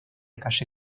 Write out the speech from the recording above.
calle